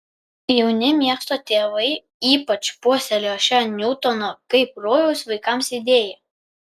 jauni miesto tėvai ypač puoselėjo šią niutono kaip rojaus vaikams idėją